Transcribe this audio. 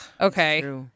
Okay